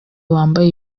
bambaye